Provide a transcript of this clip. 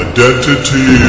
Identity